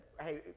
Hey